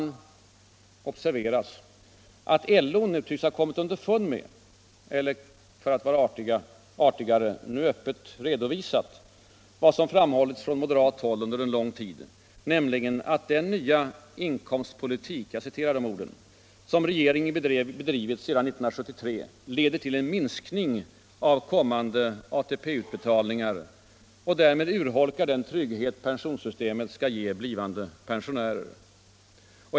Det bör observeras, att LO nu tycks ha kommit underfund med - eller för att vara artigare, nu öppet redovisat — vad som framhållits från moderat håll under lång tid, nämligen att den nya ”inkomstpolitik” som regeringen bedrivit sedan 1973 leder till en minskning av kommande ATP-utbetalningar och därmed urholkar den trygghet pensionssystemet skall ge blivande pensionärer.